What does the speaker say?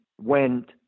went